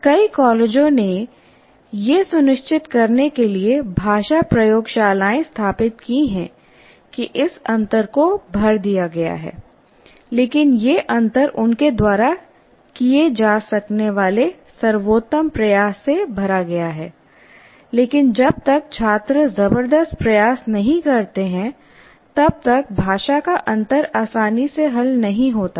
कई कॉलेजों ने यह सुनिश्चित करने के लिए भाषा प्रयोगशालाएं स्थापित की हैं कि इस अंतर को भर दिया गया है लेकिन यह अंतर उनके द्वारा किए जा सकने वाले सर्वोत्तम प्रयास से भरा गया है लेकिन जब तक छात्र जबरदस्त प्रयास नहीं करते हैं तब तक भाषा का अंतर आसानी से हल नहीं होता है